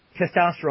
testosterone